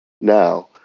now